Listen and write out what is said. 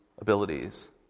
abilities